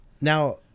now